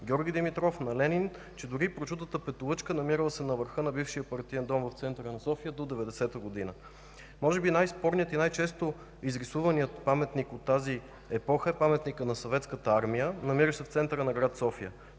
Георги Димитров, на Ленин, дори прочутата петолъчка, намирала се на върха на бившия Партиен дом в центъра на София до 1990 г. Може би най-спорният и най-често изрисуван паметник от тази епоха е Паметникът на Съветската армия, намиращ се в центъра на град София.